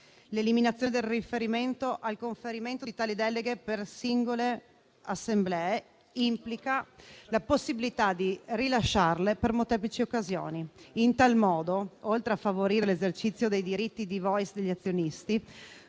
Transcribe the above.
L'eliminazione del riferimento al conferimento di tali deleghe per singole assemblee implica la possibilità di rilasciarle per molteplici occasioni. In tal modo, oltre a favorire l'esercizio dei diritti di *voice* degli azionisti,